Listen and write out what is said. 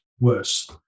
Worse